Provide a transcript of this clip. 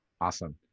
Awesome